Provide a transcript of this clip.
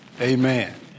Amen